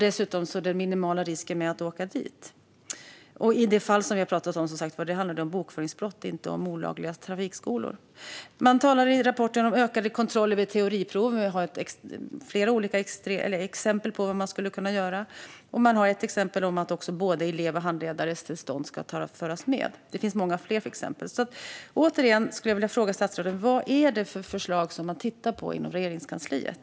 Dessutom råder en minimal risk att åka dit. Det fall vi har pratat om handlar om bokföringsbrott, inte olagliga trafikskolor. I rapporten talas det om ökade kontroller vid teoriprov. Det finns flera olika exempel på vad som kan göras. Det finns också exempel på att både elevens och handledarens tillstånd ska föras med. Det finns många fler exempel. Jag vill återigen fråga statsrådet: Vad är det för förslag som man tittar på inom Regeringskansliet?